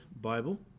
Bible